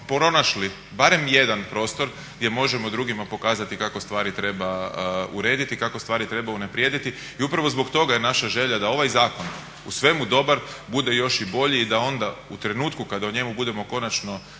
pronašli barem jedan prostor gdje možemo drugima pokazati kako stvari treba urediti, kako stvari treba unaprijediti i upravo zbog toga je naša želja da ovaj zakon u svemu dobar bude još i bolji. I da onda u trenutku kada o njemu budemo konačno